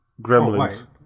Gremlins